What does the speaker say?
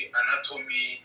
anatomy